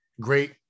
great